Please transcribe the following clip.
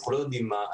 אנחנו לא יודעים מה,